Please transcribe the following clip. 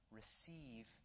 receive